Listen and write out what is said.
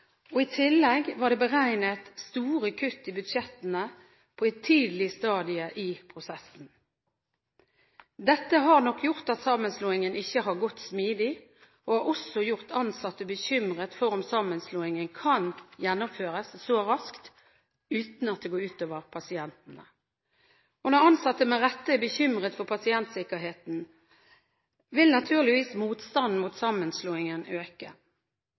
og i tillegg var det beregnet store kutt i budsjettene på et tidlig stadium i prosessen. Dette har nok gjort at sammenslåingen ikke har gått smidig, og det har også gjort ansatte bekymret for om sammenslåingen kan gjennomføres så raskt uten at det går ut over pasientene. Når ansatte – med rette – er bekymret for pasientsikkerheten, vil naturligvis motstanden mot sammenslåingen øke.